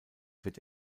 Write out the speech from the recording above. wird